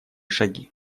шаги